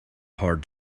hard